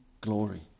glory